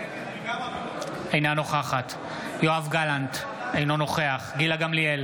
אינה נוכחת יואב גלנט, אינו נוכח גילה גמליאל,